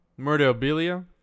murderabilia